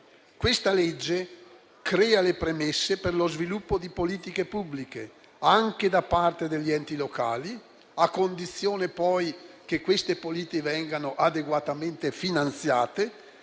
Questa legge crea le premesse per lo sviluppo di politiche pubbliche, anche da parte degli enti locali, a condizione poi che tali politiche vengano adeguatamente finanziate,